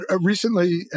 recently